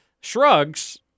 shrugs